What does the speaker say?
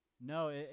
No